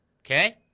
okay